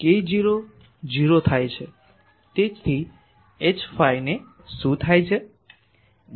તેથી Hϕ ને શું થાય છે